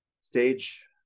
stage